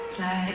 Fly